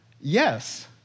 yes